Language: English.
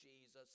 Jesus